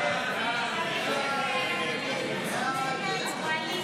חוק-יסוד: משק המדינה (תיקון מס'